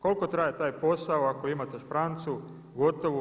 Koliko traje taj posao ako imate šprancu gotovu?